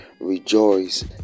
rejoice